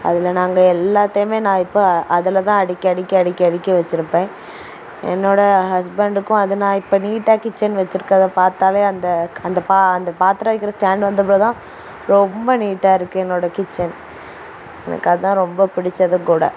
அதில் நாங்கள் எல்லாத்தையுமே நான் இப்போ அதில் தான் அடுக்கி அடுக்கி அடுக்கி அடுக்கி வச்சிருப்பேன் என்னோடய ஹஸ்பண்டுக்கும் அது நான் இப்போ நீட்டாக கிச்சன் வச்சிருக்கறதை பார்த்தாலே அந்த அந்த பா அந்த பாத்திரம் வைக்கிற ஸ்டாண்ட் வந்தப்போதான் ரொம்ப நீட்டாக இருக்குது என்னோட கிச்சன் எனக்கு அதுதான் ரொம்ப பிடிச்சதும் கூட